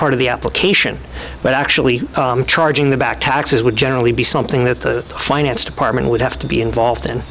part of the application but actually charging the back taxes would generally be something that the finance department would have to be involved in